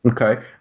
Okay